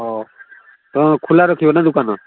ହଁ ତୁମେ ଖୋଲା ରଖିବ ନା ଦୋକାନ